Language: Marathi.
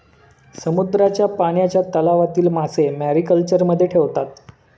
समुद्राच्या पाण्याच्या तलावातील मासे मॅरीकल्चरमध्ये ठेवतात